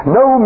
no